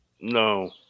No